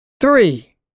Three